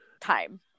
time